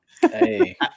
Hey